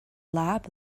lab